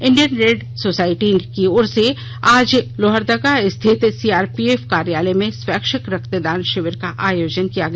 Indian red cross society की ओर से आज लोहरदगा स्थित सीआरपीएफ कार्यालय में स्वैच्छिक रक्तदान शिविर का आयोजन किया गया